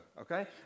okay